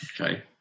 okay